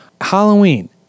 Halloween